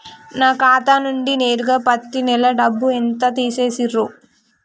నా ఖాతా నుండి నేరుగా పత్తి నెల డబ్బు ఎంత తీసేశిర్రు?